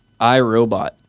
iRobot